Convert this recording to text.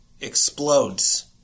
explodes